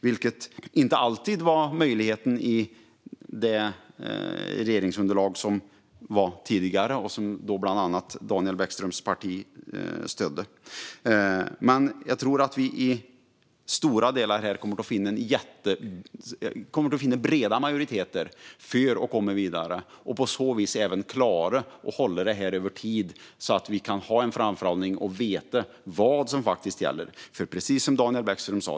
Det var inte alltid möjligt i det tidigare regeringsunderlaget som bland annat Daniel Bäckströms parti stödde. Jag tror att vi till stora delar kommer att finna breda majoriteter för att komma vidare. På så vis kommer vi även att klara att hålla det över tid så att vi kan ha en framförhållning och veta vad som faktiskt gäller. Det är precis som Daniel Bäckström sa.